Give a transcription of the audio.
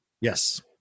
Yes